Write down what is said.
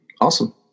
awesome